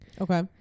Okay